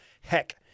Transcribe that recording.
Heck